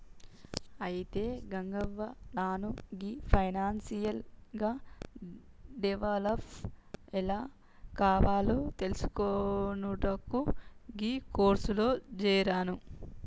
అయితే రంగవ్వ నాను గీ ఫైనాన్షియల్ గా డెవలప్ ఎలా కావాలో తెలిసికొనుటకు గీ కోర్సులో జేరాను